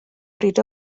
bryd